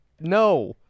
no